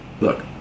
Look